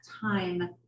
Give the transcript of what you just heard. time